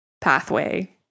pathway